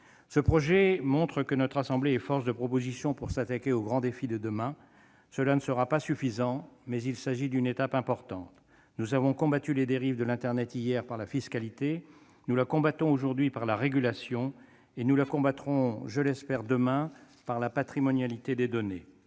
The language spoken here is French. Ce texte montre que notre assemblée est force de proposition pour s'attaquer aux grands défis de demain. Cela ne sera pas suffisant, mais il s'agit d'une étape importante. Nous avons combattu les dérives de l'internet hier par la fiscalité, nous les combattons aujourd'hui par la régulation et nous les combattrons- je l'espère -demain par la patrimonialité des données